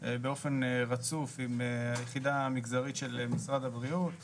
באופן רצוף עם היחידה מגזרית של משרד הבריאות,